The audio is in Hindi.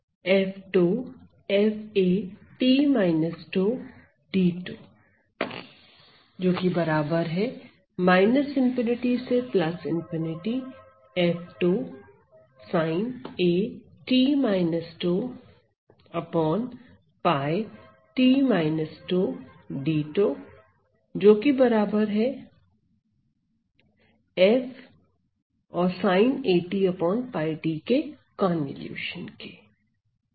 तो यह कन्वॉल्यूशन है